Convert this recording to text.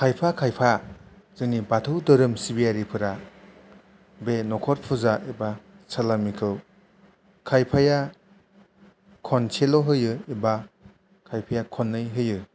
खायफा खायफा जोंनि बाथौ धोरोम सिबियारिफोरा बे नखर फुजा एबा सालामिखौ खायफाया खनसेल' होयो एबा खायफाया खन्नै होयो